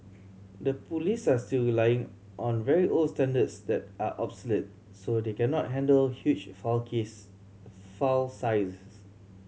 the police are still relying on very old standards that are obsolete so they cannot handle huge file case file sizes